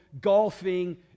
golfing